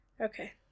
Okay